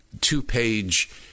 two-page